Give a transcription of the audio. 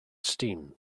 steam